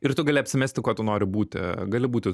ir tu gali apsimesti kuo tu nori būti gali būti